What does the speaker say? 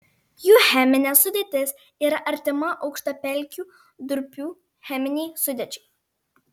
jų cheminė sudėtis yra artima aukštapelkių durpių cheminei sudėčiai